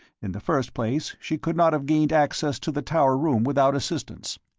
in the first place she could not have gained access to the tower room without assistance,